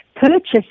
purchase